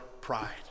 pride